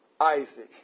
isaac